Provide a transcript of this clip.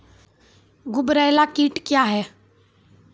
गुबरैला कीट क्या हैं?